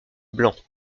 blanc